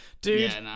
Dude